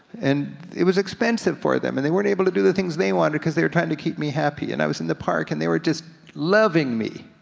and it was expensive for them, and they weren't able to do the things they wanted cause they were trying to keep me happy. and i was in the park and they were just loving me.